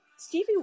Stevie